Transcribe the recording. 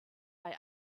bei